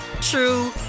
true